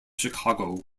chicago